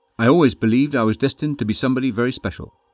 i always believed i was destined to be somebody very special,